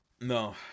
no